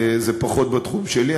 זה פחות בתחום שלי,